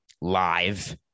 live